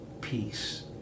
peace